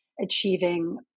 achieving